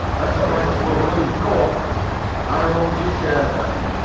better try to pull loose. go on. i'll hold your chair down.